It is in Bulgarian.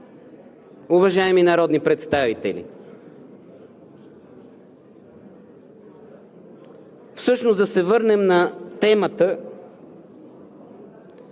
уважаеми народни представители?! Всъщност да се върнем на темата